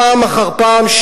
פעם אחר פעם,